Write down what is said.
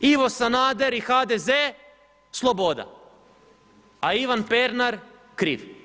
Ivo Sanader i HDZ sloboda, a Ivan Pernar kriv.